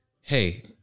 hey